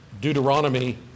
Deuteronomy